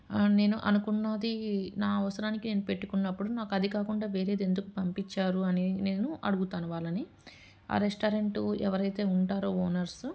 నేను అనుకున్నది నా అవసరానికి నేను పెట్టుకున్నప్పుడు నాకు అది కాకుండా వేరేది ఎందుకు పంపించారు అని నేను అడుగుతాను వాళ్ళని ఆ రెస్టారెంట్ ఎవరైతే ఉంటారో ఓనర్స్